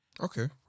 Okay